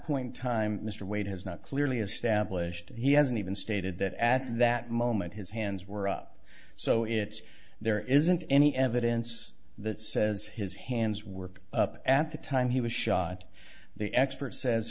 point in time mr wade has not clearly established that he hasn't even stated that at that moment his hands were up so it's there isn't any evidence that says his hands were up at the time he was shot the expert says